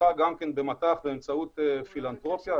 שפותחה גם במט"ח באמצעות פילנתרופיה.